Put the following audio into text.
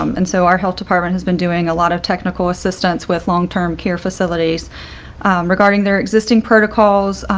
um and so our health department has been doing a lot of technical assistance with long term care facilities regarding their existing protocols,